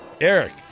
Eric